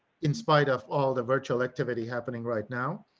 in spite of all the virtual activity happening right now.